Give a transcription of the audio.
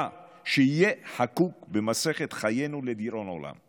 שיהיה חקוק במסכת חיינו לדיראון עולם,